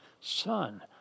son